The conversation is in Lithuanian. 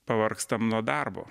pavargstam nuo darbo